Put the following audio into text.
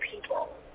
people